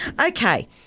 Okay